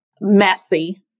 Messy